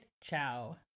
ciao